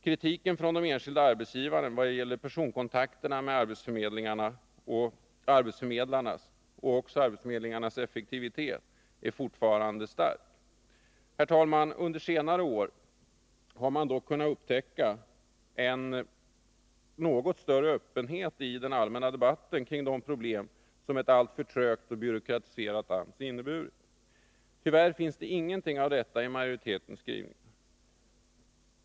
Kritiken från enskilda arbetsgivare vad gäller personkontakterna med arbetsförmedlarna och också arbetsförmedlingarnas effektivitet är fortfarande stark. Herr talman! Under senare år har man dock kunnat upptäcka en något större öppenhet i den allmänna debatten kring de problem som en alltför trög och byråkratiserad AMS inneburit. Tyvärr finns det ingenting av detta i majoritetens skrivning.